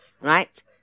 right